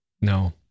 No